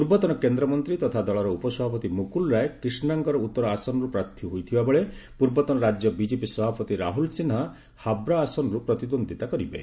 ପୂର୍ବତନ କେନ୍ଦ୍ରମନ୍ତ୍ରୀ ତଥା ଦଳର ଉପସଭାପତି ମୁକୁଲ ରାୟ କ୍ରିଷ୍ଣାଙ୍ଗର ଉତ୍ତର ଆସନରୁ ପ୍ରାର୍ଥୀ ହୋଇଥିବାବେଳେ ପୂର୍ବତନ ରାଜ୍ୟ ବିକ୍ଷେପି ସଭାପତି ରାହୁଲ୍ ସିହ୍ନା ହ୍ରାବ୍ରା ଆସନରୁ ପ୍ରତିଦ୍ୱନ୍ଦ୍ୱିତା କରିବେ